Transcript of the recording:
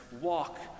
walk